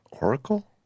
Oracle